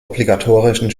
obligatorischen